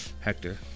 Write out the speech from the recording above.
Hector